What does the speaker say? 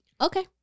okay